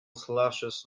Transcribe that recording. slashes